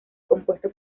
compuesto